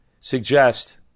suggest